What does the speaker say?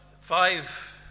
Five